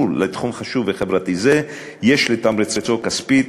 לתחום חשוב וחברתי זה יש לתמרצו כספית.